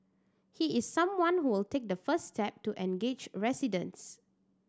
he is someone who will take the first step to engage residents